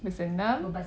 bersenam